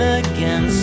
again